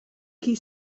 chi